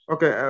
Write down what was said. Okay